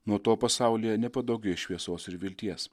nuo to pasaulyje nepadaugės šviesos ir vilties